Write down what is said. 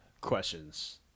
questions